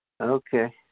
Okay